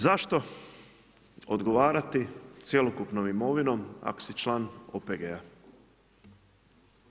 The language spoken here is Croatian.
Zašto odgovarati cjelokupnom imovinom ako si član OPG-a?